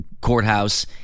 Courthouse